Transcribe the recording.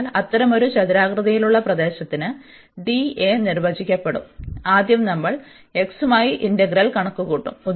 അതിനാൽ അത്തരമൊരു ചതുരാകൃതിയിലുള്ള പ്രദേശത്തിന് നിർവചിക്കപ്പെടും അതിനാൽ ആദ്യം നമ്മൾ x മായി ഇന്റഗ്രൽ കണക്കുകൂട്ടും